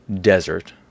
desert